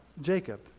jacob